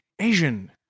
Asian